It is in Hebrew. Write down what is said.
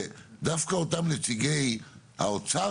דווקא אותם נציגי האוצר,